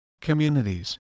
communities